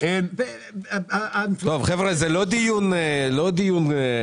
זה לא דיון כללי.